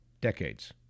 Decades